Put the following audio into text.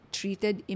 treated